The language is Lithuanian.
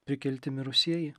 prikelti mirusieji